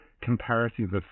comparative